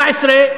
אגב, האחוז הזה של